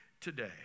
today